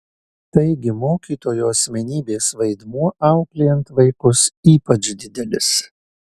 taigi mokytojo asmenybės vaidmuo auklėjant vaikus ypač didelis